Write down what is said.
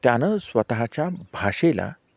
त्यानं स्वतःच्या भाषेला